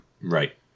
right